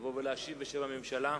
לבוא ולהשיב בשם הממשלה.